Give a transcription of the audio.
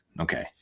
Okay